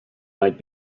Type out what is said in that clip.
might